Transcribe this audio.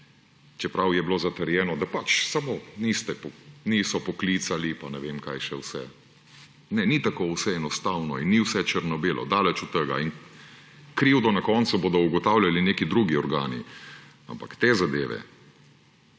čeprav je bilo zatrjeno, da pač samo niso poklicali pa ne vem kaj še vse. Ne, ni vse tako enostavno in ni vse črno-belo, daleč od tega. In krivdo na koncu bodo ugotavljali neki drugi organi, ampak te zadeve